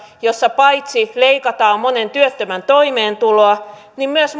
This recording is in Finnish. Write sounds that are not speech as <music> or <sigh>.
jossa paitsi leikataan monen työttömän toimeentuloa myös <unintelligible>